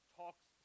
talks